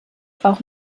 auch